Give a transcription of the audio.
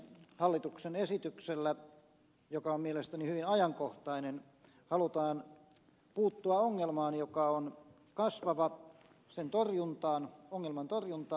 hallituksen esityksellä joka on mielestäni hyvin ajankohtainen halutaan puuttua ongelmaan joka on kasvava sen ongelman torjuntaan ja myöskin ennaltaehkäisemiseen